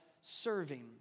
serving